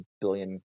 billion